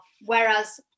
Whereas